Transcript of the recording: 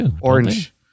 Orange